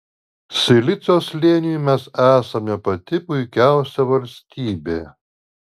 silicio slėniui mes esame pati puikiausia valstybė